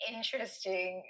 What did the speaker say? interesting